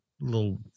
little